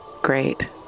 Great